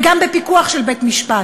וגם בפיקוח של בית-משפט,